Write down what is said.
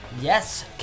Yes